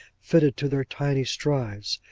fitted to their tiny strides.